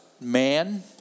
man